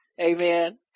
Amen